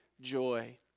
joy